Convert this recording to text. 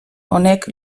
honek